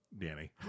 Danny